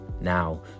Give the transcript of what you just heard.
now